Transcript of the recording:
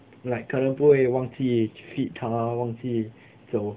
like 可能不会忘记 feed 它忘记走